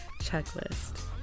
checklist